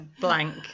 blank